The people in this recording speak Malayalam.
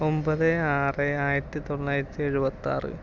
ഒൻപത് ആറ് ആയിരത്തിത്തൊള്ളായിരത്തി എഴുപത്തിയാറ്